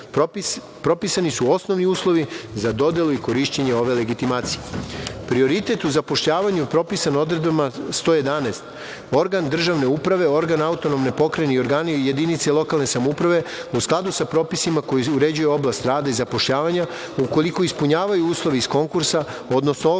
Propisani su osnovni uslovi za dodelu i korišćenje ove legitimacije. Prioritet u zapošljavanju propisan je u odredbama 111. Organ državne uprave, organ autonomne pokrajine i organi jedinice lokalne samouprave, u skladu sa propisima koji uređuju oblast rada i zapošljavanja, ukoliko ispunjavaju uslove iz konkursa, odnosno oglasa